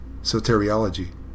Soteriology